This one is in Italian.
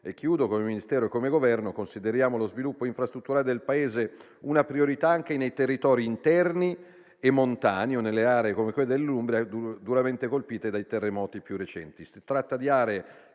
ripeto, come Ministero e come Governo consideriamo lo sviluppo infrastrutturale del Paese una priorità anche nei territori interni e montani o nelle aree, come quelle dell'Umbria, duramente colpite dai terremoti più recenti.